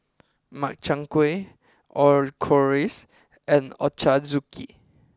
Makchang Gui Chorizo and Ochazuke